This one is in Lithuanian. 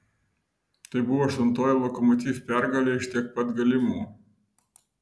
tai buvo aštuntoji lokomotiv pergalė iš tiek pat galimų